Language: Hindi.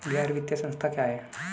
गैर वित्तीय संस्था क्या है?